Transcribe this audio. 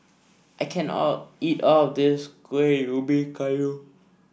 I can't all eat all of this Kuih Ybi Kayu